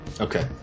Okay